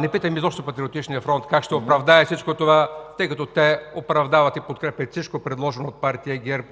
Не питам изобщо Патриотичния фронт как ще оправдае всичко това, тъй като те оправдават и подкрепят всичко, предложено от партия ГЕРБ.